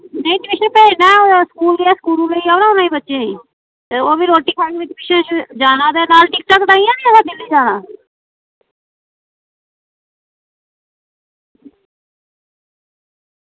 ते कृष गी भेजना हा स्कूल ते स्कूला लेई औना हा बच्चें ई ते ओह्बी रोटी खानी ते ओह् बी ट्यूशन जाना ते चार टिकटां कटाइयां निं तुसें दिल्ली जाना